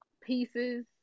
pieces